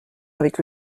avec